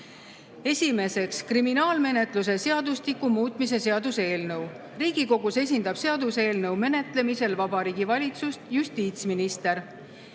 Esiteks, kriminaalmenetluse seadustiku muutmise seaduse eelnõu. Riigikogus esindab seaduseelnõu menetlemisel Vabariigi Valitsust justiitsminister.